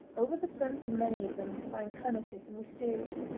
over the fronts of many of them climbed clematis and wisteria.